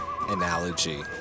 analogy